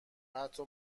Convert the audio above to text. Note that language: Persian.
حتی